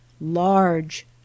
large